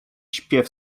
śpiew